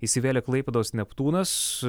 įsivėlė klaipėdos neptūnas